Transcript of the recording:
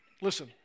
Listen